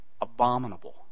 abominable